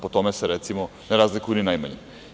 Po tome se, recimo, ne razlikuju ni najmanje.